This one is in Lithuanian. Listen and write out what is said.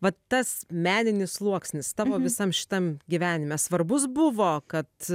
vat tas meninis sluoksnis tavo visam šitam gyvenime svarbus buvo kad